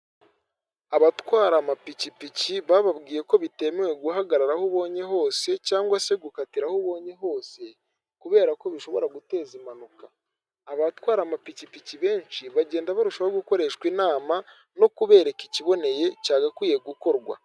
Abatwara amapikipiki bababwiye ko bitemewe guhagarara aho ubonye hose cyangwa se gukatira aho ubonye hose kubera ko bishobora guteza impanuka abatwara amapikipiki benshi bagenda barushaho gukoreshwa inama no kubereka ikiboneye cyagakwiye gukorwa.